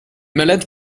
malades